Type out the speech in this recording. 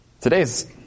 Today's